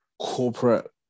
corporate